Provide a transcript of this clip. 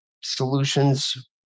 solutions